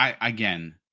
again